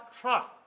trust